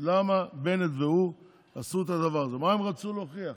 למה בנט והוא עשו את הדבר הזה, מה הם רצו להוכיח.